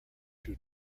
two